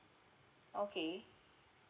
okay